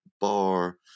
bar